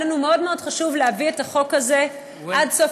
היה לנו מאוד מאוד חשוב להביא את החוק הזה עד סוף